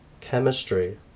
chemistry